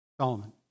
Solomon